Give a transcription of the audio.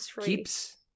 keeps